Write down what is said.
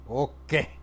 okay